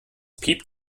piept